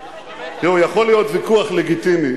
תראו, יכול להיות ויכוח לגיטימי